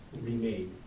remade